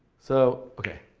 so, okay.